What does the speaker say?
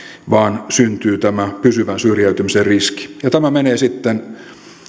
vaan syntyy tämä pysyvän syrjäytymisen riski ja tämä menee sitten